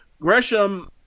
Gresham